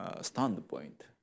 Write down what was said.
standpoint